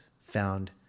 found